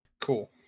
cool